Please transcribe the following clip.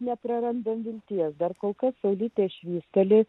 neprarandame vilties dar kol kas avytė švysteli